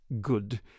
good